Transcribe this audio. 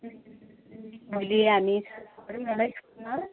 भोलि हामी सल्लाह गरौँ न ल स्कुलमा